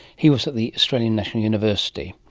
he was at the australian national university.